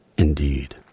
Indeed